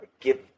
give